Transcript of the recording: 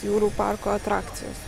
jūrų parko atrakcijos